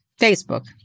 Facebook